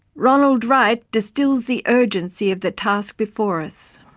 ronald wright distils the urgency of the task before us